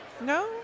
No